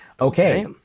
Okay